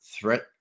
threat